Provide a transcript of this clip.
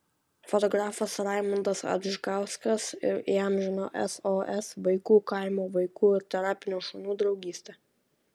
fotografas raimundas adžgauskas įamžino sos vaikų kaimo vaikų ir terapinių šunų draugystę